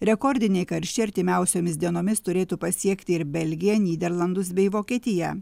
rekordiniai karščiai artimiausiomis dienomis turėtų pasiekti ir belgiją nyderlandus bei vokietiją